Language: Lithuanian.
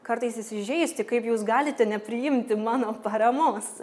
kartais įsižeisti kaip jūs galite nepriimti mano paramos